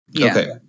Okay